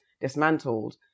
dismantled